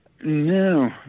No